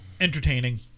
entertaining